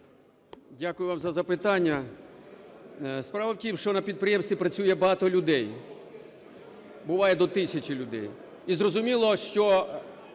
Дякую вам за запитання. Справа в тім, що на підприємстві працює багато людей, буває, до тисячі людей.